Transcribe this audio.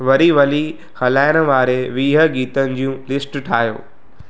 वरी वली हलाइण वारे वीह गीतन जूं लिस्ट ठाहियो